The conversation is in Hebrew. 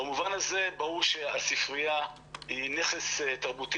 במובן הזה ברור שהספרייה היא נכס תרבותי,